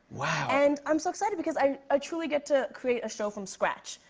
wow. and i'm so excited because i ah truly get to create a show from scratch.